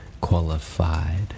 qualified